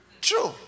True